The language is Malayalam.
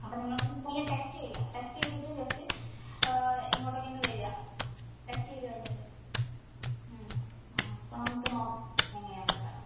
അപ്പോൾ നിങ്ങള് ടെസ്റ്റ് ചെയ്യുക ടെസ്റ്റ് ചെയ്തിട്ട് ജസ്റ്റ് ആ ഇങ്ങോട്ടേക്ക് ഒന്ന് വരിക ടെസ്റ്റ് ചെയ്ത് കഴിഞ്ഞിട്ട് ആ അപ്പോൾ നമുക്ക് നോക്കാം എങ്ങനെ ആണ് എന്ന് വെച്ചാൽ